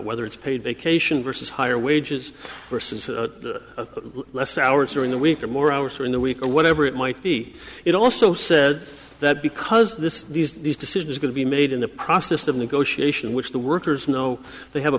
whether it's paid vacation versus higher wages versus less hours during the week or more hours or in the week or whatever it might be it also said that because this these these decisions could be made in the process of negotiation which the workers know they have a